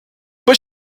but